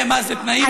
מה זה, תנאים, או ש-?